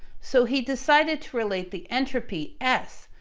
so, he decided to relate the entropy, s,